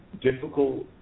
difficult